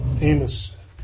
Amos